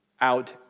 out